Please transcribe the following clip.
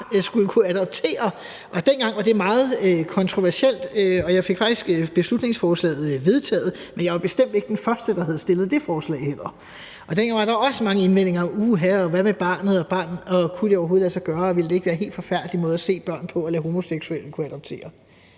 skulle kunne adoptere. Dengang var det meget kontroversielt, og jeg fik faktisk beslutningsforslaget vedtaget, men jeg var bestemt ikke den første, der havde fremsat dét forslag heller. Og dengang var der også mange indvendinger: Uha, og hvad med barnet, og kunne det overhovedet lade sig gøre, og ville det ikke være en helt forfærdeligt måde at se børn på ved at lade homoseksuelle kunne adoptere